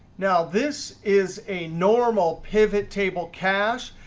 now this is a normal pivot table cache.